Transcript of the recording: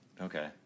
Okay